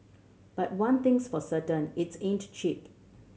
but one thing's for certain its ain't cheap